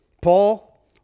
Paul